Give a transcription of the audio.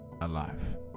alive